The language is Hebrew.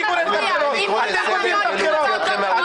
אתם גונבים את הבחירות.